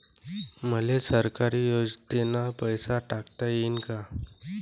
मले सरकारी योजतेन पैसा टाकता येईन काय?